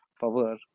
power